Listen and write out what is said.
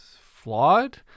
flawed